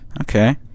Okay